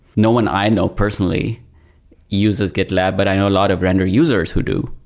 no one i know personally uses gitlab, but i know a lot of render users who do.